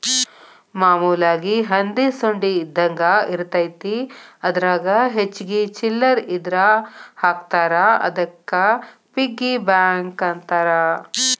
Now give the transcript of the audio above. ಮಾಮೂಲಾಗಿ ಹಂದಿ ಸೊಂಡಿ ಇದ್ದಂಗ ಇರತೈತಿ ಅದರಾಗ ಹೆಚ್ಚಿಗಿ ಚಿಲ್ಲರ್ ಇದ್ರ ಹಾಕ್ತಾರಾ ಅದಕ್ಕ ಪಿಗ್ಗಿ ಬ್ಯಾಂಕ್ ಅಂತಾರ